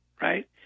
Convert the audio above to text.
Right